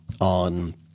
on